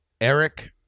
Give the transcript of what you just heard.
Eric